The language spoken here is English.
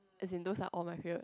as in those are all my favourite